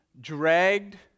dragged